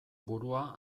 burua